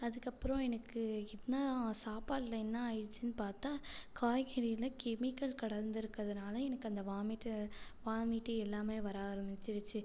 அதுக்கப்புறம் எனக்கு இப்போனா சாப்பாடில் என்ன ஆகிருச்சுன்னு பார்த்தா காய்கறியில் கெமிக்கல் கலந்திருக்கறதுனால் எனக்கு அந்த வாமிட்டு வாமிட்டு எல்லாமே வர ஆரம்பிச்சிருச்சு